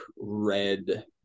red